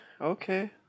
Okay